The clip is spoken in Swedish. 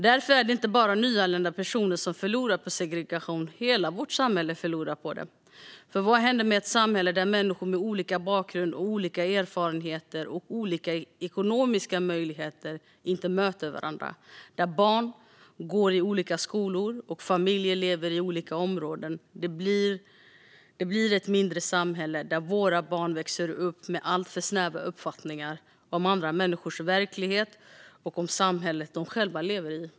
Därför är det inte bara nyanlända personer som förlorar på segregation. Hela vårt samhälle förlorar på det. För vad händer med ett samhälle där människor med olika bakgrund, olika erfarenheter och olika ekonomiska möjligheter inte möter varandra, där barn går i olika skolor och familjer lever i olika områden? Det blir ett mindre samhälle, där våra barn växer upp med alltför snäva uppfattningar om andra människors verklighet och om samhället de själva lever i.